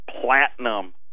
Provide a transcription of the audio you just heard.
platinum